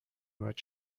باید